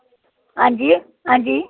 हां जी हां जी